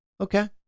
Okay